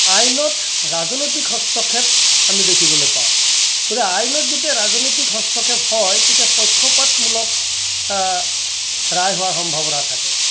আইনত ৰাজনৈতিক হস্তক্ষেপ আমি দেখিবলৈ পাওঁ গতিকে আইনত যেতিয়া হস্তক্ষেপ হয় তেতিয়া পক্ষপাতমূলক ৰায় হোৱাৰ সম্ভাৱনা থাকে